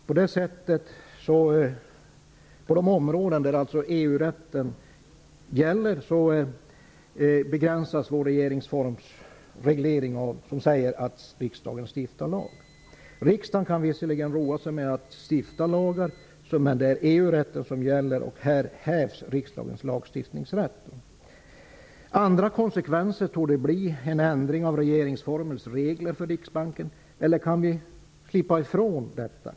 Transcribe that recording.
På de områden där EU-rätten gäller begränsas vår regeringsforms regleringar, som säger att riksdagen stiftar lag. Riksdagen kan visserligen roa sig med att stifta lagar, men det är EU-rätten som gäller, och här hävs riksdagens lagstiftningsrätt. Andra konsekvenser torde bli en ändring av regeringsformens regler för Riksbanken. Eller kan vi slippa ifrån detta?